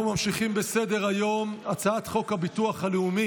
בעד, עשרה, אין מתנגדים ואין נמנעים.